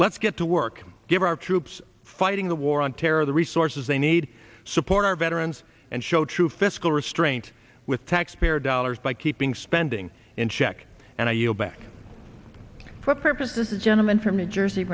let's get to work give our troops fighting the war on terror the resources they need support our veterans and show true fiscal restraint with taxpayer dollars by keeping spending in check and i yield back for purposes the gentleman from new jersey